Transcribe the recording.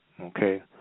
Okay